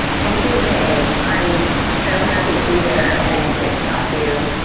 thank you, dave. i'm so happy to be here and get to talk to you